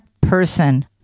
person